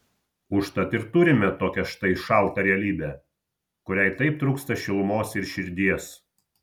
užtat ir turime tokią štai šaltą realybę kuriai taip trūksta šilumos ir širdies